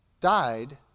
died